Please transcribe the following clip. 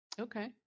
okay